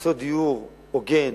ולמצוא דיור הוגן